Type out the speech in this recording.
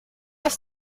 aus